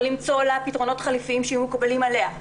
או למצוא לה פתרונות חליפיים שיהיו מקובלים עליה.